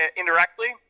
indirectly